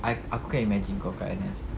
aku aku can imagine kau kat N_S